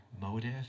motive